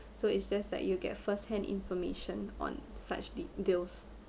so it's just that you get first hand information on such de~ deals